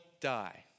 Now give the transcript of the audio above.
die